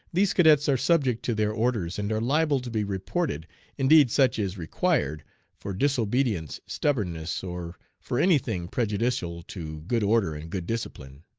these cadets are subject to their orders and are liable to be reported indeed such is required for disobedience, stubbornness, or for any thing prejudicial to good order and good discipline.